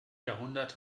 jahrhundert